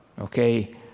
okay